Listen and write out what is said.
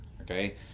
Okay